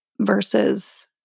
versus